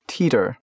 Teeter